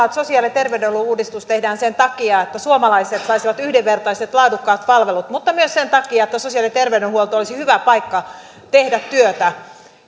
että sosiaali ja terveydenhuollon uudistus tehdään sen takia että suomalaiset saisivat yhdenvertaiset laadukkaat palvelut mutta myös sen takia että sosiaali ja terveydenhuolto olisi hyvä paikka tehdä työtä